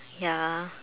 ya